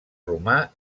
romà